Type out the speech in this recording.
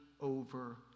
over